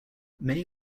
many